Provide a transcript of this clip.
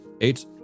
eight